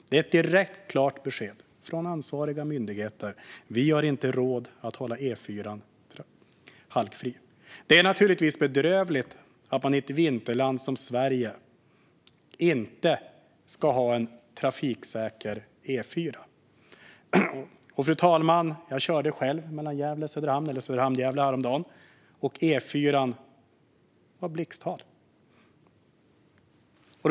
Det är ett direkt och klart besked från ansvarig myndighet: Vi har inte råd att hålla E4:an halkfri. Det är naturligtvis bedrövligt att man i ett vinterland som Sverige inte ska ha en trafiksäker E4:a. Fru talman! Jag körde själv mellan Söderhamn och Gävle häromdagen, och det var blixthalka på E4:an.